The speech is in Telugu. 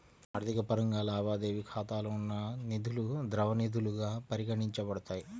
ఆర్థిక పరంగా, లావాదేవీ ఖాతాలో ఉన్న నిధులుద్రవ నిధులుగా పరిగణించబడతాయి